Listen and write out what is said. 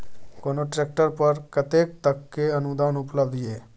कोनो ट्रैक्टर पर कतेक तक के अनुदान उपलब्ध ये?